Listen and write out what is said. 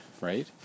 Right